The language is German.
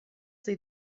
sie